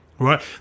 Right